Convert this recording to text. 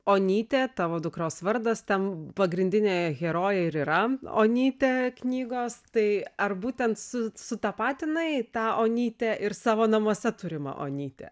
onytė tavo dukros vardas ten pagrindinė herojė ir yra onytė knygos tai ar būtent su sutapatinai tą onytę ir savo namuose turimą onytę